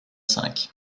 cinq